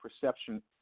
perception